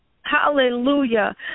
Hallelujah